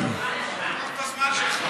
עד שתכלה רגל מן השוק.